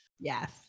Yes